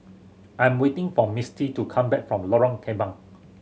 I am waiting for Misty to come back from Lorong Kembang